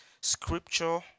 Scripture